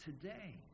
Today